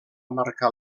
marcar